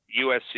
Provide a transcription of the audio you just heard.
USC